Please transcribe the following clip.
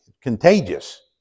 contagious